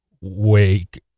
wake